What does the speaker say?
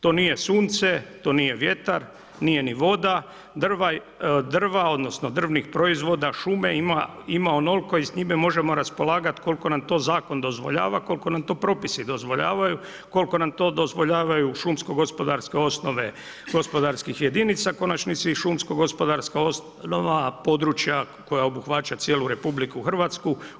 To nije sunce, to nije vjetar, nije ni voda, drva, odnosno drvnih proizvoda, šume ima onoliko i s njime možemo raspolagati koliko nam to zakon dozvoljava, koliko nam to propisi dozvoljavaju, koliko nam to dozvoljavaju šumsko gospodarske osnove gospodarskih jedinica, u konačnici i šumsko gospodarska osnova područja koja obuhvaća cijelu RH.